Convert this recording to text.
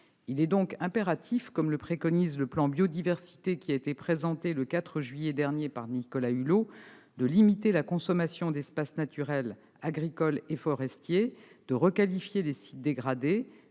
Il est donc impératif, comme le préconise le plan Biodiversité présenté le 4 juillet dernier par Nicolas Hulot, de limiter la consommation d'espaces naturels, agricoles et forestiers, de requalifier les sites dégradés,